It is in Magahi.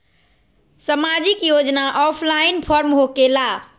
समाजिक योजना ऑफलाइन फॉर्म होकेला?